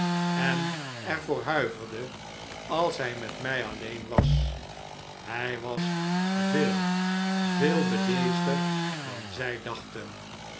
en er voor huiverde als hij met mij alleen was hij was veel veel bedeesder dan zij dachten